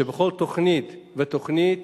שבכל תוכנית ותוכנית